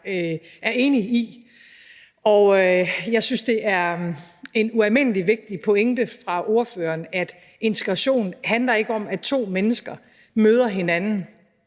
er enig i. Og jeg synes, det er en ualmindelig vigtig pointe fra ordføreren, at integration ikke handler om, at to mennesker møder hinanden